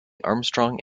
armstrong